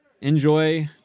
enjoy